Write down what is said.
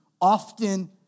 often